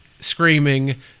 screaming